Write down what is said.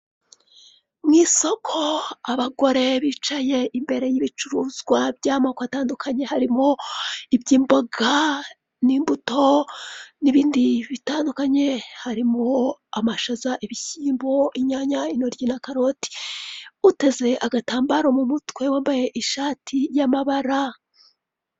Umugabo wiyogoshesheje wazamuye akaboko, wambaye ikoti ry'ubururu n'ishati y'umukara ndetse na karuvati y'ubururu, imbere hakaba hari mikorofone, inyuma ye hakaba hari dolise y'amashokora ndetse munsi hakaba hari amagambo yandikishije inyuguti z'umweru, handitseho Dogita Utumatwishima Ja, munsi hakaba hari n'undi.